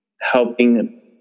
helping